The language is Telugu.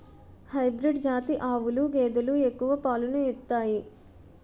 హైబ్రీడ్ జాతి ఆవులు గేదెలు ఎక్కువ పాలను ఇత్తాయి